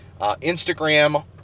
Instagram